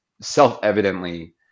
self-evidently